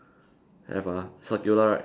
have ah circular right